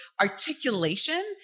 articulation